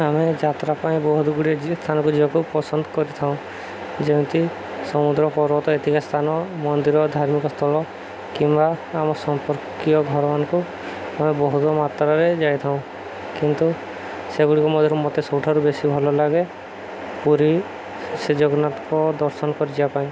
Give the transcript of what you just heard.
ଆମେ ଯାତ୍ରା ପାଇଁ ବହୁତ ଗୁଡ଼ିଏ ସ୍ଥାନକୁ ଯିବାକୁ ପସନ୍ଦ କରିଥାଉ ଯେମିତି ସମୁଦ୍ର ପର୍ବତ ଏତିକ ସ୍ଥାନ ମନ୍ଦିର ଧାର୍ମିକ ସ୍ଥଳ କିମ୍ବା ଆମ ସମ୍ପର୍କୀୟ ଘରମାନଙ୍କୁ ଆମେ ବହୁତ ମାତ୍ରାରେ ଯାଇଥାଉ କିନ୍ତୁ ସେଗୁଡ଼ିକ ମଧ୍ୟରେ ମତେ ସବୁଠାରୁ ବେଶୀ ଭଲ ଲାଗେ ପୁରୀ ଶ୍ରୀ ଜଗନ୍ନାଥଙ୍କ ଦର୍ଶନ କରିିବା ପାଇଁ